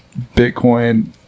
Bitcoin